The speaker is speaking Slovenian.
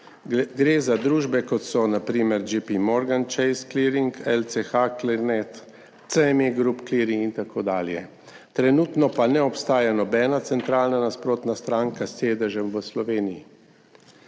Gre za družbe, kot so na primer JPMorgan Chase Clearing, LCH.Clearnet, CME Group Clearing in tako dalje. Trenutno pa ne obstaja nobena centralna nasprotna stranka s sedežem v Sloveniji.